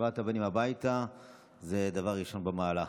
השבת הבנים הביתה היא דבר ראשון במעלה.